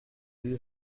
you